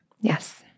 Yes